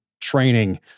training